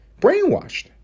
brainwashed